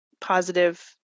positive